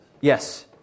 Yes